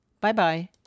Bye-bye